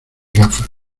gafas